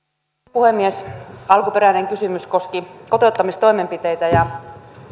puhemies alkuperäinen kysymys koski kotouttamistoimenpiteitä ja